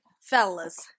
Fellas